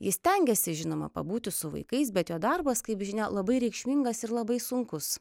ji stengiasi žinoma pabūti su vaikais bet jo darbas kaip žinia labai reikšmingas ir labai sunkus